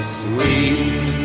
sweet